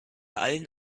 allen